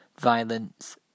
violence